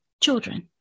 children